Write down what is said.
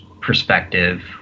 perspective